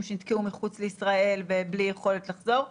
שנתקעו מחוץ לישראל בלי יכולת לחזור,